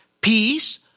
peace